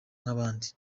nk’abandi